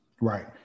Right